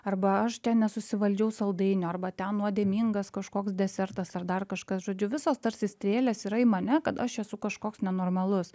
arba aš nesusivaldžiau saldainių arba ten nuodėmingas kažkoks desertas ar dar kažkas žodžiu visos tarsi strėlės yra į mane kad aš esu kažkoks nenormalus